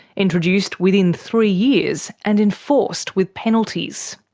introduced within three years, and enforced with penalties.